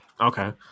Okay